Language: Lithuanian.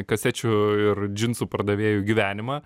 kasečių ir džinsų pardavėjų gyvenimą